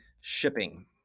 shipping